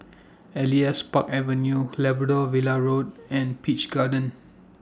Elias Park Avenue Labrador Villa Road and Peach Garden